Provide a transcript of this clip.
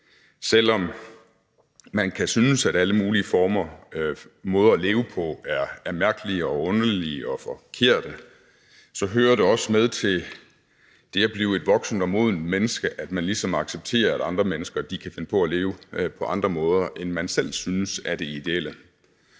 selv om man kan synes, at alle mulige måder at leve på er mærkelige og underlige og forkerte, så hører det også med til det at blive et voksent og modent menneske, at man ligesom accepterer, at andre mennesker kan finde på at leve på andre måder, end man selv synes er det ideelle.